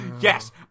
Yes